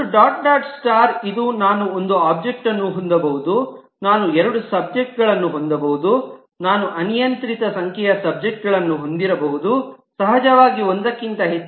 ಒಂದು dot dot star ಇದು ನಾನು ಒಂದು ಸಬ್ಜೆಕ್ಟ್ಅನ್ನು ಹೊಂದಬಹುದು ನಾನು ಎರಡು ಸಬ್ಜೆಕ್ಟ್ಗಳನ್ನು ಹೊಂದಬಹುದು ನಾನು ಅನಿಯಂತ್ರಿತ ಸಂಖ್ಯೆಯ ಸಬ್ಜೆಕ್ಟ್ಗಳನ್ನು ಹೊಂದಬಹುದು ಸಹಜವಾಗಿ ಒಂದಕ್ಕಿಂತ ಹೆಚ್ಚು